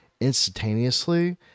instantaneously